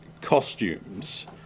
costumes